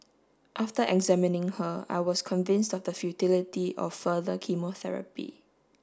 after examining her I was convinced of the futility of further chemotherapy